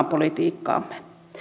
politiikkaamme